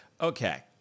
okay